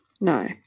no